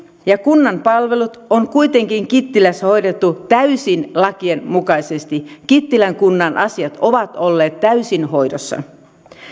ja kunnan palvelut on kuitenkin kittilässä hoidettu täysin lakien mukaisesti kittilän kunnan asiat ovat olleet täysin hoidossa